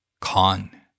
Con